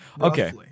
Okay